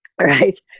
Right